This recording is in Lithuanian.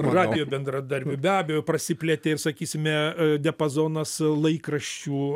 radijo bendradarbių be abejo prasiplėtė ir sakysime diapazonas laikraščių